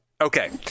okay